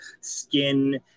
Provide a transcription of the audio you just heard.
skin